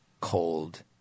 cold